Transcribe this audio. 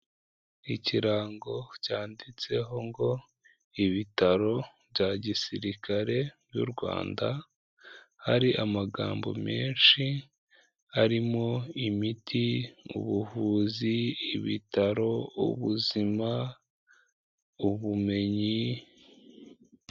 Ikirango cyanditseho ngo Ibitaro bya Gisirikare by'u Rwanda, hari amagambo menshi arimo imiti, ubuvuzi, ibitaro, ubuzima, ubumenyi.